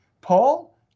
Paul